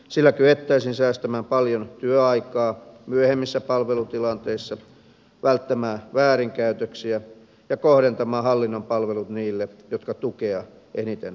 sillä kyettäisiin säästämään paljon työaikaa myöhemmissä palvelutilanteissa välttämään väärinkäytöksiä ja kohdentamaan hallinnon palvelut niille jotka tukea eniten tarvitsevat